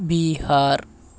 Bihar